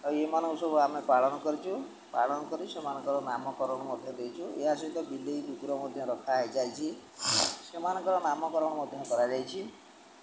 ଆଉ ଏଇମାନଙ୍କୁ ସବୁ ଆମେ ପାଳନ କରିଛୁ ପାଳନ କରି ସେମାନଙ୍କର ନାମକରଣ ମଧ୍ୟ ଦେଇଛୁ ଏହା ସହିତ ବିଲେଇ କୁକୁର ମଧ୍ୟ ରଖା ହୋଇଯାଇଛି ସେମାନଙ୍କର ନାମକରଣ ମଧ୍ୟ କରାଯାଇଛି